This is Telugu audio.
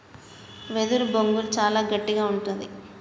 వెదురు బొంగు చాలా గట్టిగా ఉంటది